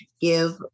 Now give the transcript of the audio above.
give